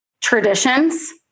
traditions